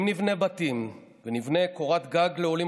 אם נבנה בתים ונבנה קורת גג לעולים